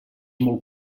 molt